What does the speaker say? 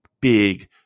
big